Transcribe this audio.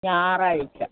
ഞായറാഴ്ച്ച